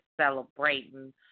celebrating